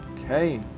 Okay